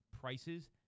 prices